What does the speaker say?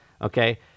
Okay